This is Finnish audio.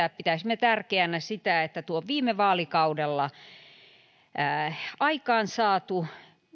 että pitäisimme tärkeänä sitä että tuo viime vaalikaudella aikaan saatu